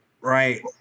right